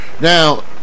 Now